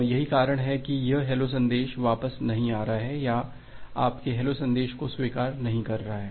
और यही कारण है कि यह हैलो संदेश वापस नहीं आ रहा है या आपके हैलो संदेश को स्वीकार नहीं कर रहा है